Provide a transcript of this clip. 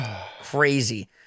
crazy